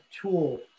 tool